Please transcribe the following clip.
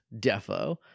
Defo